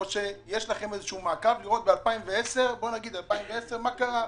האם יש לכם איזה מעקב לראות ב-2010 מה קרה,